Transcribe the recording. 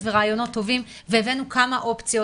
ורעיונות טובים והבאנו כמה אופציות.